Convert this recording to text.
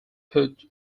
put